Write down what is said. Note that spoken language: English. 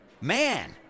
Man